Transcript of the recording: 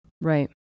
right